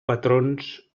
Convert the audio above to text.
patrons